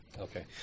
Okay